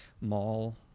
mall